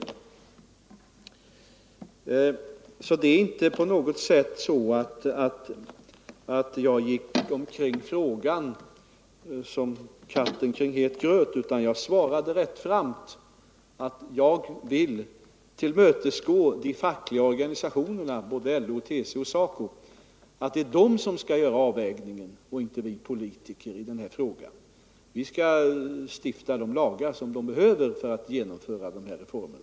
Jag gick alltså inte på något sätt omkring frågan som katten kring het gröt, utan jag sade rättframt att jag vill tillmötesgå de fackliga organisationerna, såväl LO som TCO och SACO. Det är de som skall göra avvägningen i den här frågan och inte vi politiker, men vi skall stifta de lagar som de behöver för att genomföra den här reformen.